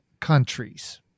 countries